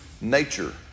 nature